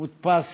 הוא מודפס,